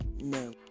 no